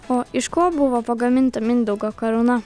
o iš ko buvo pagaminta mindaugo karūna